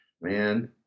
man